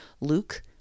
Luke